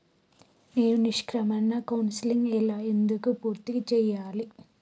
నేను నిష్క్రమణ కౌన్సెలింగ్ ఎలా ఎందుకు పూర్తి చేయాలి?